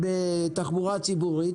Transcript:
בתחבורה ציבורית.